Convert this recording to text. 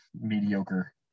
mediocre